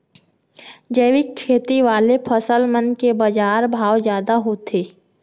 जैविक खेती वाले फसल मन के बाजार भाव जादा होथे